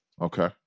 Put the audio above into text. Okay